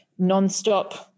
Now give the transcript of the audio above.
nonstop